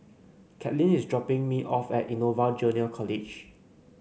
Caitlyn is dropping me off at Innova Junior College